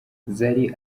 zari